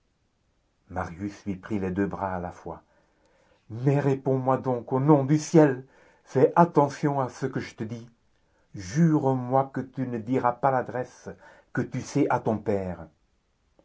marius lui prit les deux bras à la fois mais réponds-moi donc au nom du ciel fais attention à ce que je te dis jure-moi que tu ne diras pas l'adresse que tu sais à ton père